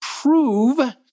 prove